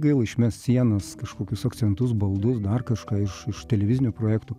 gaila išmest sienas kažkokius akcentus baldus dar kažką iš iš televizinių projektų